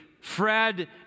Fred